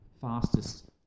fastest –